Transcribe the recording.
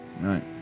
right